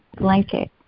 blanket